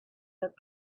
that